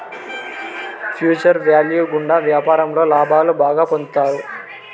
future value గుండా వ్యాపారంలో లాభాలు బాగా పొందుతారు